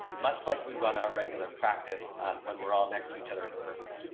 much like we run our regular practice when we're all next to each other in person.